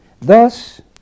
Thus